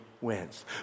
wins